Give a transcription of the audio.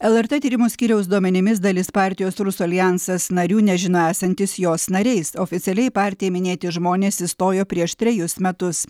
lrt tyrimų skyriaus duomenimis dalis partijos rusų aljansas narių nežino esantys jos nariais oficialiai partija minėti žmonės įstojo prieš trejus metus